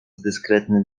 dyskretny